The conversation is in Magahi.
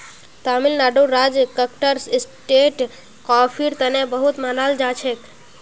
तमिलनाडुर राज कक्कर स्टेट कॉफीर तने बहुत मनाल जाछेक